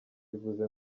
bivuze